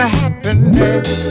happiness